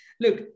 look